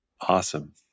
Awesome